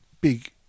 big